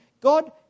God